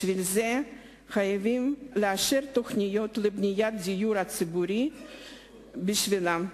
בשביל זה חייבים לאשר תוכניות לבניית דיור ציבורי בשבילם.